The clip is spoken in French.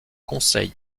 conseil